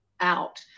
out